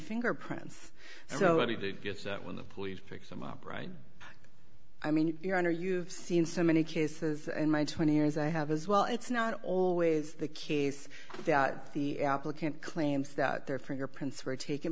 fingerprints so he did just that when the police picked them up right i mean your honor you've seen so many cases in my twenty years i have as well it's not always the case that the applicant claims that their fingerprints were taken